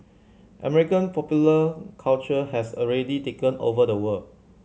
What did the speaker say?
American popular culture has already taken over the world